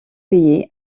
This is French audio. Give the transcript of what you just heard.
payer